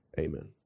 Amen